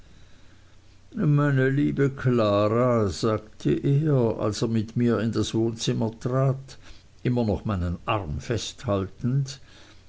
meine liebe klara sagte er als er mit mir in das wohnzimmer trat immer noch meinen arm festhaltend